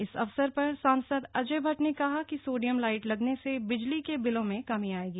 इस अवसर पर सांसद अजय भट्ट ने कहा कि सोडियम लाइट लगने से बिजली के बिलों में कमी आयेगी